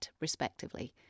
respectively